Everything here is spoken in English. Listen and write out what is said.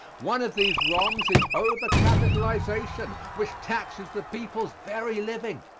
one of these wrongs is over capitalization which taxes the people's very living.